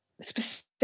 specific